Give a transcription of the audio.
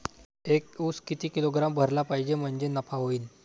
एक उस किती किलोग्रॅम भरला पाहिजे म्हणजे नफा होईन?